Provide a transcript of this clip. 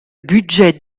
budget